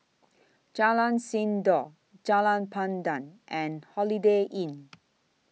Jalan Sindor Jalan Pandan and Holiday Inn